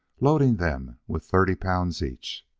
loading them with thirty pounds each.